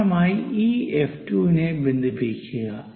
സമാനമായി ഈ എഫ് 2 നെ ബന്ധിപ്പിക്കുക